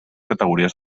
categories